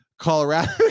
Colorado